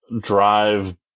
drive